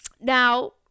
now